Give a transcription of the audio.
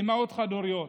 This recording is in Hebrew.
אימהות חד-הוריות,